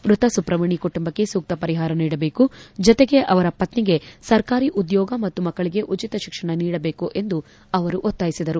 ಮ್ನತ ಸುಬ್ರಮಣಿ ಕುಟುಂಬಕ್ಕೆ ಸೂಕ್ತ ಪರಿಹಾರ ನೀಡಬೇಕು ಜೊತೆಗೆ ಅವರ ಪತ್ನಿಗೆ ಸರ್ಕಾರಿ ಉದ್ಯೋಗ ಮತ್ತು ಮಕ್ಕಳಿಗೆ ಉಟಿತ ಶಿಕ್ಷಣ ನೀಡಬೇಕು ಎಂದು ಅವರು ಒತ್ತಾಯಿಸಿದರು